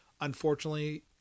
Unfortunately